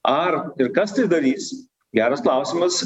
ar ir kas tai darys geras klausimas